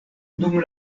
dum